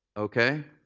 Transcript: ok.